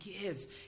gives